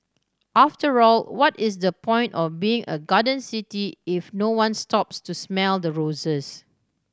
after all what is the point of being a garden city if no one stops to smell the roses